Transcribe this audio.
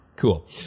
Cool